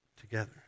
together